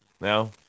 No